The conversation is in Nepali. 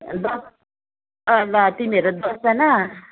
ल अँ ल तिमीहरू दसजना